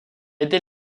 était